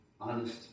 honest